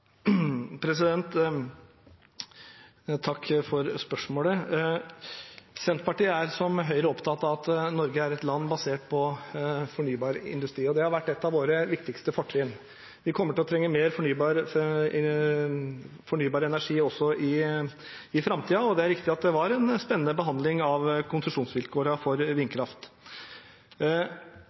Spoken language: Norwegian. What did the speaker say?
for spørsmålet. Senterpartiet er som Høyre opptatt av at Norge er et land basert på fornybar industri. Det har vært et av våre viktigste fortrinn. Vi kommer til å trenge mer fornybar energi også i framtiden, og det er riktig at det var en spennende behandling av konsesjonsvilkårene for